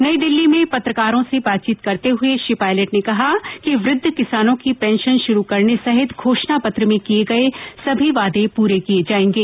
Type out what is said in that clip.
नई दिल्ली में पत्रकारों से बातचीत करते हुए श्री पायलट ने कहा कि वृद्ध किसानों की पेंशन शुरू करने सहित घोषणा पत्र में किए गए सभी वादे पूरे किए जाएंगे